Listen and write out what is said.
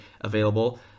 available